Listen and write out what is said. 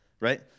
right